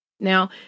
Now